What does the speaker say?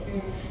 mm